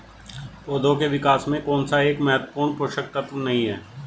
पौधों के विकास में कौन सा एक महत्वपूर्ण पोषक तत्व नहीं है?